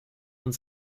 uns